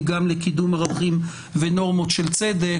גם לקידום ערכים ונורמות של צדק,